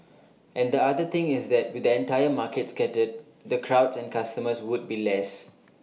and the other thing is that with the entire market scattered the crowds and customers will be less